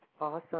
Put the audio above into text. Awesome